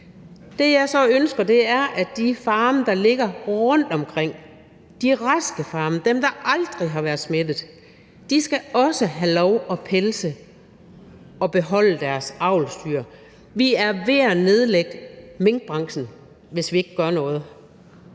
Det, jeg så ønsker, er, at de farme, der ligger rundtomkring, de raske farme, dem, der aldrig har været smittet, også skal have lov at pelse dyrene og beholde deres avlsdyr. Vi er ved at nedlægge minkbranchen, og det sker, hvis ikke vi gør noget.